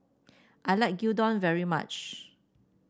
I like Gyudon very much